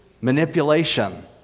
manipulation